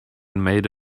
made